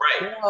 Right